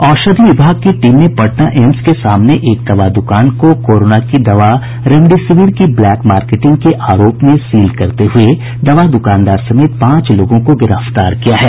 औषधि विभाग की टीम ने पटना एम्स के सामने एक दवा दुकान को कोरोना की दवा रेमडेसिवीर की ब्लैक मार्केटिंग के आरोप में सील करते हुए दवा दुकानदार समेत पांच लोगों को गिरफ्तार किया है